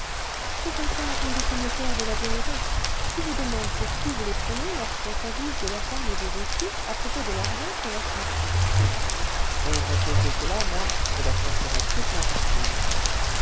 c'est enfin un de ces notaires de la vieille roche qui vous demandent pour qui vous les prenez lorsqu'on s'avise de leur parler de reçu à propos de l'argent qu'on leur confie rien qu'à cause de cela moi je leur confierais toute ma fortune